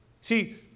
See